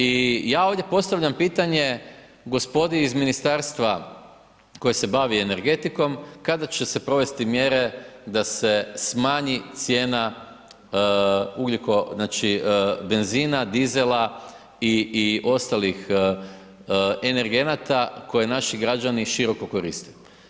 I ja ovdje postavljam pitanje gospodi iz ministarstva koje se bavi energetikom, kada će se provesti mjere da se smanji cijena ugljiko znači benzina, dizela i ostalih energenata koji naši građani široko koriste.